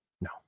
No